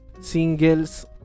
singles